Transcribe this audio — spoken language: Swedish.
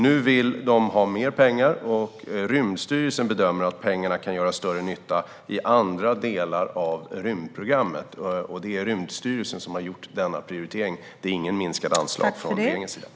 Nu vill man ha mer pengar, och Rymdstyrelsen bedömer att pengarna kan göra större nytta i andra delar av rymdprogrammet. Det är Rymdstyrelsen som har gjort denna prioritering; det har inte skett någon anslagsminskning från regeringens sida.